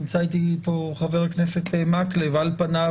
נמצא איתי חבר הכנסת מקלב על פניו,